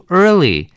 early